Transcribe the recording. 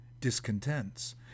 discontents